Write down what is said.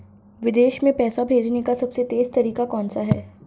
विदेश में पैसा भेजने का सबसे तेज़ तरीका कौनसा है?